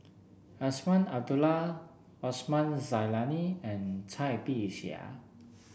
Azman Abdullah Osman Zailani and Cai Bixia